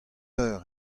eur